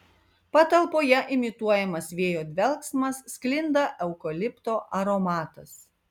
patalpoje imituojamas vėjo dvelksmas sklinda eukalipto aromatas